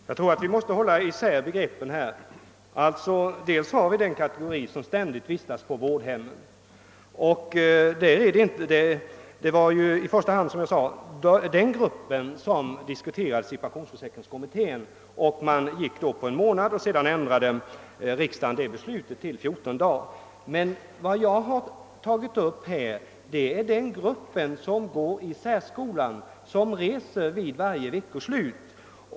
Herr talman! Vi måste hålla isär begreppen. Å ena sidan har vi den kategori som ständigt vistas på vårdhemmen, och det var i första hand den gruppen som diskuterades i pensionsförsäkringskommittén, varvid tiden sattes till en månad, medan riksdagen sedermera bestämde att det skulle vara 14 dagar. Men den grupp jag interpellerat om är den som går i särskola och som reser hem vid varje veckoslut.